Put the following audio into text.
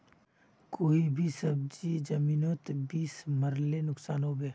कोई भी सब्जी जमिनोत बीस मरले नुकसान होबे?